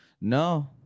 No